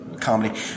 comedy